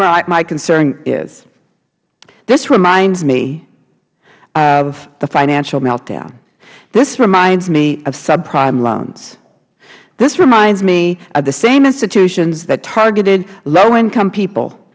where my concern is this reminds me of the financial meltdown this reminds me of subprime loans this reminds me of the same institutions that targeted low income people